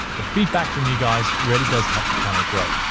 the feedback from you guys really does help the channel grow.